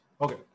okay